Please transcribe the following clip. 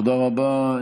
תודה רבה.